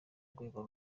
urwego